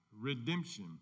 redemption